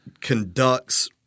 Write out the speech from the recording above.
conducts